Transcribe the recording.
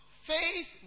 faith